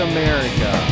America